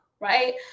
right